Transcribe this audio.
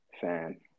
Fan